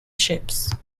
ships